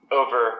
over